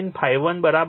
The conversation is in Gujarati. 8 ડિગ્રી છે